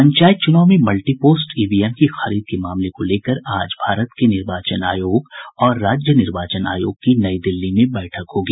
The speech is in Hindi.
पंचायत चुनाव के लिए मल्टीपोस्ट ईवीएम की खरीद के मामले को लेकर आज भारत के निर्वाचन आयोग और राज्य निर्वाचन आयोग की नई दिल्ली में बैठक होगी